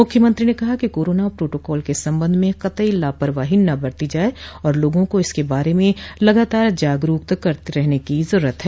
मुख्यमंत्री ने कहा कि कोरोना प्रोटोकाल के संबंध में कतई लापरवाही न बरती जाये और लोगों को इसके बारे में लगातार जागरूक करते रहने की जरूरत है